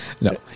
No